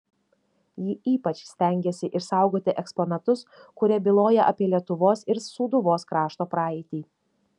ji ypač stengėsi išsaugoti eksponatus kurie byloja apie lietuvos ir sūduvos krašto praeitį